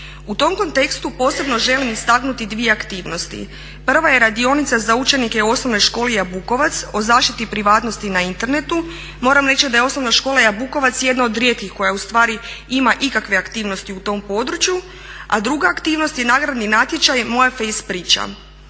U tom kontekstu posebno želim istaknuti dvije aktivnosti. Prva je radionica za učenike u Osnovnoj školi "Jabukovac" o zaštiti privatnosti na internetu. Moram reći da je Osnovna škola "Jabukovac" jedna od rijetkih koja ustvari ima ikakve aktivnosti u tom području. A druga aktivnost je nagradni natječaj "Moja fejs priča".